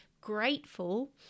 grateful